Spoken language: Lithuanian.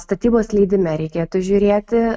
statybos leidime reikėtų žiūrėti